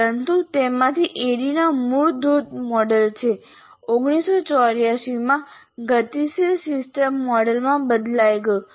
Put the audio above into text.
પરંતુ તેમાંથી ADDIE મૂળ ધોધ મોડેલ છે જે 1984 માં ગતિશીલ સિસ્ટમ મોડેલમાં બદલાઈ ગયું